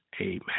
Amen